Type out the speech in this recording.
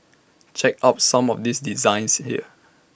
check out some of these designs here